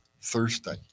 Thursday